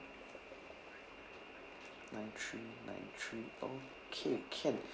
nine three nine three okay can